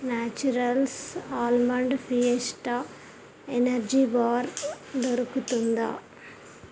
naturals almond fiesta energy bar దొరుకుతుందా